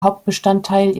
hauptbestandteil